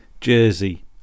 jersey